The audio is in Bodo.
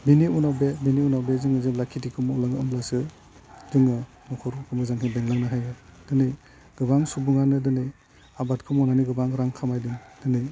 बेनि उनाव बे बेनि उनाव बे जोङो जेब्ला खेथिखौ मावलाङो अब्लासो जोङो न'खरफोरखौ मोजांहै बेंलांनो हायो दोनै गोबां सुबुङानो दिनै आबादखौ मावनानै गोबां रां खामायदों दिनै